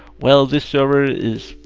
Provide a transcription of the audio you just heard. well, this server is,